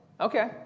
okay